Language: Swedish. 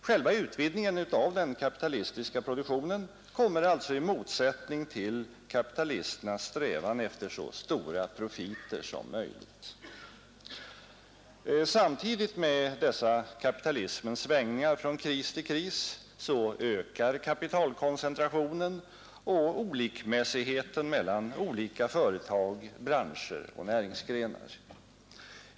Själva utvidgningen av den kapitalistiska produktionen kommer alltså i motsättning till kapitalisternas strävan efter så stora profiter som möjligt. Samtidigt med kapitalismens svängningar från kris till kris ökar kapitalkoncentrationen och olikmässigheten mellan företag, branscher och näringsgrenar.